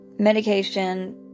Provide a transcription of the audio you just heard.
Medication